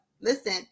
Listen